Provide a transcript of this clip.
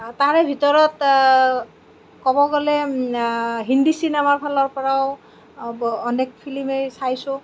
তাৰে ভিতৰত ক'ব গ'লে হিন্ধি চিনেমাখনৰ পৰাও অনেক ফিলিমেয়েই চাইছো